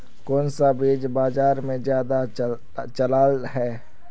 कोन सा बीज बाजार में ज्यादा चलल है?